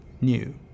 new